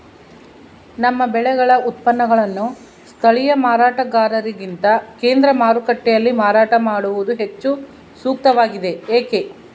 ನಮ್ಮ ಬೆಳೆಗಳ ಉತ್ಪನ್ನಗಳನ್ನು ಸ್ಥಳೇಯ ಮಾರಾಟಗಾರರಿಗಿಂತ ಕೇಂದ್ರ ಮಾರುಕಟ್ಟೆಯಲ್ಲಿ ಮಾರಾಟ ಮಾಡುವುದು ಹೆಚ್ಚು ಸೂಕ್ತವಾಗಿದೆ, ಏಕೆ?